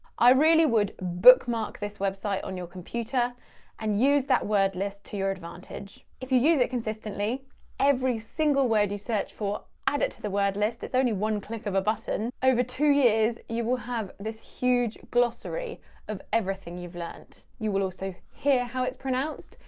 i really would bookmark this website on your computer and use that word list to your advantage. if you use it consistently every single word you search for, add it to the word list, only one click of a button, over two years you will have this huge glossary of everything you've learned. you will also hear how it's pronounced,